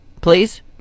please